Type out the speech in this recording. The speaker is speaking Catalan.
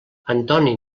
antoni